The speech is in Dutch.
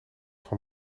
van